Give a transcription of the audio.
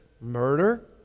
murder